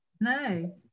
No